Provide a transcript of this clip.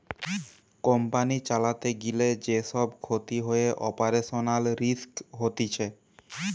company চালাতে গিলে যে সব ক্ষতি হয়ে অপারেশনাল রিস্ক হতিছে